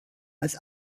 als